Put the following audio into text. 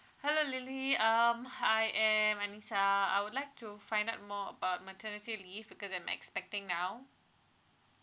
hello lily um I am anisha I would like to find out more about maternity leave because I'm expecting now